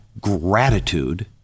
gratitude